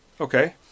Okay